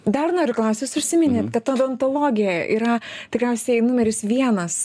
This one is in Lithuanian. dar noriu klaust jūs užsiminėt kad odontologija yra tikriausiai numeris vienas